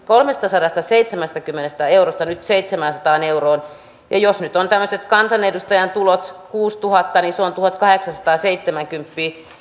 kolmestasadastaseitsemästäkymmenestä eurosta seitsemäänsataan euroon ja jos nyt on tällaiset kansanedustajan tulot kuusituhatta niin se on tuhatkahdeksansataaseitsemänkymmentä